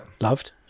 Loved